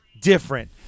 different